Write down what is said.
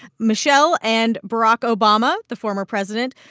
michelle and barack obama, the former president,